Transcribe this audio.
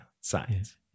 science